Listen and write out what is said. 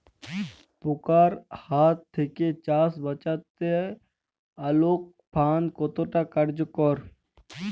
পোকার হাত থেকে চাষ বাচাতে আলোক ফাঁদ কতটা কার্যকর?